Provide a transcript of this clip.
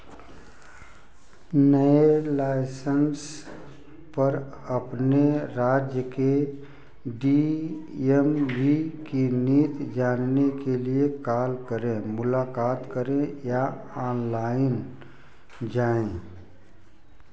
नए लाइसेंस पर अपने राज्य के डी यम भी की नीति जानने के लिए काल करें मुलाकात करें या आनलाइन जाएँ